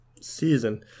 season